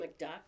McDuck